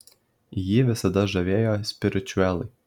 jį visada žavėjo spiričiuelai